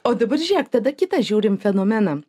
o dabar žiūrėk tada kitą žiūrim fenomeną